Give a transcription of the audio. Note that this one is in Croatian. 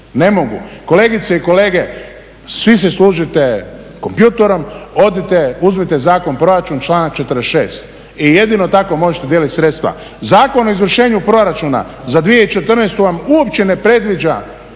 Ne mogu. Kolegice i kolege, svi se služite kompjutorom, odite, uzmite Zakon o proračunu članak 46. i jedino tako možete dijelit sredstva. Zakon o izvršenju proračuna za 2014. vam uopće ne predviđa